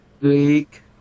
week